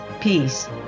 peace